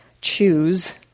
choose